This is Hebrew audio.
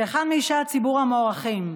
כאחד מאישי הציבור המוערכים,